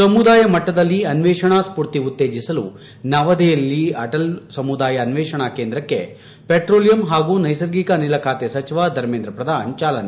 ಸಮುದಾಯ ಮಟ್ಟದಲ್ಲಿ ಅನ್ವೇಷಣಾ ಸ್ಪೂರ್ತಿ ಉತ್ತೇಜಿಸಲು ನವದೆಹಲಿಯಲ್ಲಿ ಅಟಲ್ ಸಮುದಾಯ ಅನ್ವೇಷಣಾ ಕೇಂದ್ರಕ್ಕೆ ಪೆಟ್ರೋಲಿಯಂ ಹಾಗೂ ನ್ವೆಸರ್ಗಿಕ ಅನಿಲ ಸಚಿವ ಧರ್ಮೇಂದ್ರ ಪ್ರಧಾನ್ ಚಾಲನೆ